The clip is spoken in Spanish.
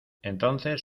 entonces